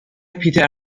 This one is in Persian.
پیتر